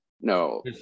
No